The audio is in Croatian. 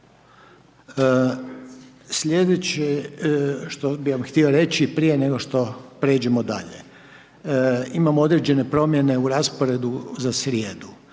Slijedeće što bi vam htio reći prije nego što prijeđemo dalje. Imamo određene promjene u rasporedu za srijedu.